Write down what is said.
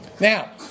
Now